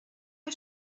der